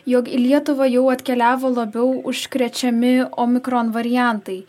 jog į lietuvą jau atkeliavo labiau užkrečiami omikron variantai